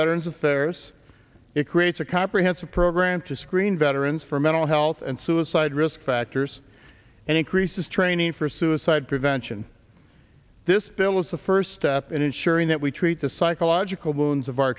veterans affairs it creates a comprehensive program to screen veterans for mental health and suicide risk factors and increases training for suicide prevention this bill is a first step in ensuring that we treat the psychological wounds of our